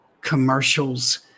commercials